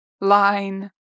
line